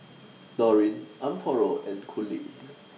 Dorine Amparo and Coley